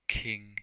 King